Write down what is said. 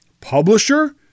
publisher